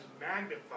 magnified